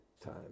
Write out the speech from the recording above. time